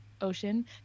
Ocean